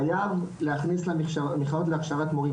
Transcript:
חייב להכניס למכללות להכשרת מורים,